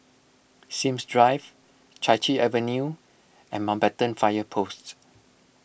Sims Drive Chai Chee Avenue and Mountbatten Fire Post